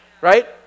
right